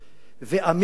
עמים גדולים